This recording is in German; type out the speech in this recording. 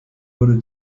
wurde